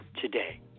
today